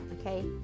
okay